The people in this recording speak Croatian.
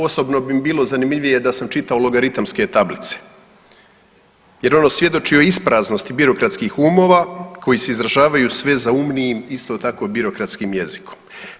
Osobno bi mi bilo zanimljivije da sam čitao logaritamske tablice jer ono svjedoči o ispraznosti birokratskih umova koji se izražavaju sve zaumnijim isto tako birokratskim jezikom.